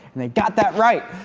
and they got that right!